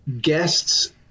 guests